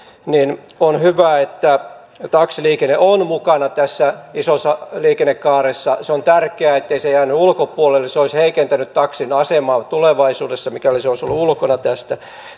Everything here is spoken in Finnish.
ja on hyvä että taksiliikenne on mukana tässä isossa liikennekaaressa se on tärkeää ettei se jäänyt ulkopuolelle se olisi heikentänyt taksin asemaa tulevaisuudessa mikäli se olisi ollut ulkona tästä